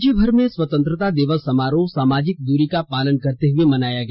राज्य भर में स्वतंत्रता दिवस समारोह सामाजिक दूरी का पालन करते हुए मनाया गया